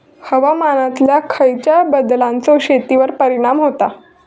हवामानातल्या खयच्या बदलांचो शेतीवर परिणाम होता?